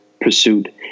pursuit